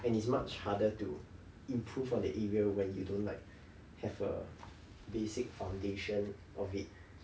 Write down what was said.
and is much harder to improve on the area when you don't like have a basic foundation of it